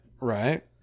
Right